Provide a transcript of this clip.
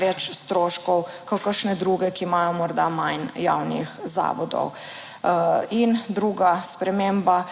več stroškov kot kakšne druge, ki imajo morda manj javnih zavodov. In druga sprememba,